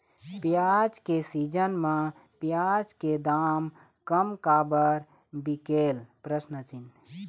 प्याज के सीजन म प्याज के दाम कम काबर बिकेल?